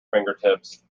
fingertips